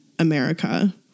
America